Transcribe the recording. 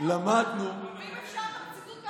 ואם אפשר, גם ציטוט,